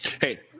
Hey